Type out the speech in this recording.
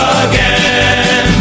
again